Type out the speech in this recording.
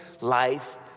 life